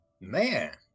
Man